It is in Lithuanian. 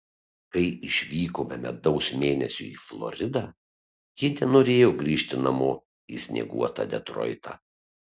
kai išvykome medaus mėnesiui į floridą ji nenorėjo grįžti namo į snieguotą detroitą